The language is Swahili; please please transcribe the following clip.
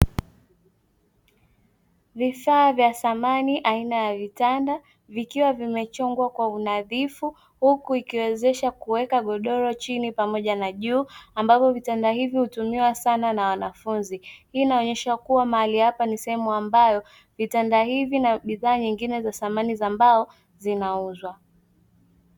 Vifaa vya thamani aina ya vitanda vikiwa vimechongwa kwa unadhifu huku ikiwezesha kuweka godoro chini pamoja na juu ambavyo vitanda hivyo hutumiwa sana na wanafunzi, hii inaonesha kuwa mahali hapa ni sehemu ambayo vitanda hivi na bidhaa nyingine za thamani za mbao zinauzwa.